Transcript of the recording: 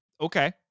Okay